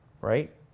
right